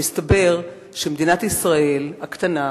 מסתבר שמדינת ישראל הקטנה,